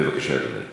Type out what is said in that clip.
בבקשה, אדוני.